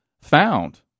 found